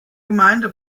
gemeinde